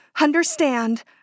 Understand